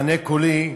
מענה קולי,